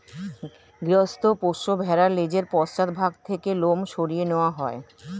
গৃহস্থ পোষ্য ভেড়ার লেজের পশ্চাৎ ভাগ থেকে লোম সরিয়ে নেওয়া হয়